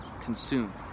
consume